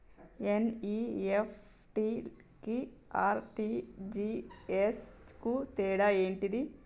NEFT కి RTGS కు తేడా ఏంటిది?